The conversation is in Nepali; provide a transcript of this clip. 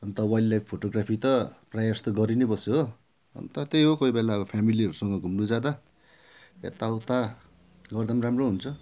अन्त वाइल्ड लाइफ फोटो ग्राफी त प्रायः जस्तो गरी नै बस्छु हो अन्त त्यही हो कोही बेला फ्यामिलीहरूसँग घुम्नु जाँदा यता उता गर्दा राम्रो हुन्छ